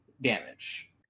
damage